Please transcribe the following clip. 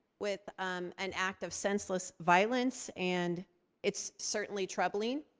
with an act of senseless violence. and it's certainly troubling.